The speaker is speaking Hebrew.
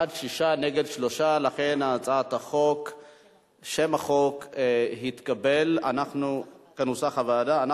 בעד, 6, נגד, 3. לכן שם החוק התקבל כנוסח הוועדה.